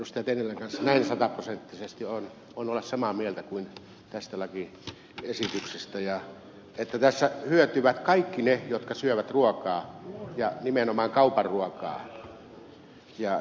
tennilän kanssa näin sataprosenttisesti voin olla samaa mieltä kuin tästä lakiesityksestä ja siitä että tässä hyötyvät kaikki ne jotka syövät ruokaa ja nimenomaan kaupan ruokaa